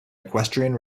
equestrian